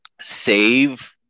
Save